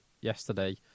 yesterday